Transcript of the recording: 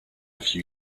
few